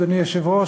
אדוני היושב-ראש,